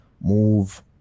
move